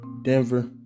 Denver